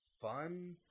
fun